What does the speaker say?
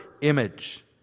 image